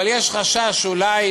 יש חשש שאולי